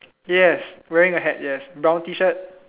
yes wearing a hat yes brown t shirt